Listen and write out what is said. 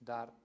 Dar